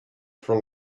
for